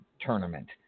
Tournament